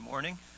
morning